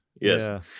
Yes